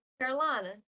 Carolina